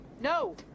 No